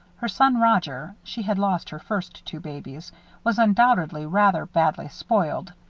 her son roger she had lost her first two babies was undoubtedly rather badly spoiled.